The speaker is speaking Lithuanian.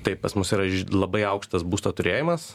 taip pas mus yra labai aukštas būsto turėjimas